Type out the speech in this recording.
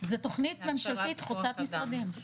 זה תוכנית ממשלתית חוצת משרדים.